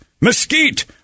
Mesquite